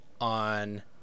on